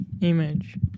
image